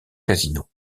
casino